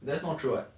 that's not true [what]